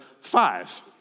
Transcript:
five